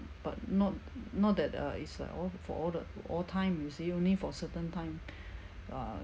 but not not that uh it's like all for all the all time you see only for certain time err